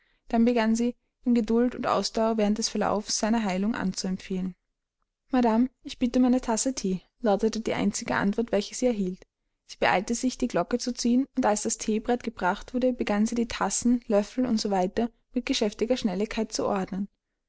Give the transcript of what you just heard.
dann begann sie ihm geduld und ausdauer während des verlaufs seiner heilung anzuempfehlen madame ich bitte um eine tasse thee lautete die einzige antwort welche sie erhielt sie beeilte sich die glocke zu ziehen und als das theebrett gebracht wurde begann sie die tassen löffel u s w mit geschäftiger schnelligkeit zu ordnen